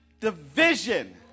division